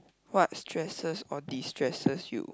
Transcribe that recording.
what stresses or destresses you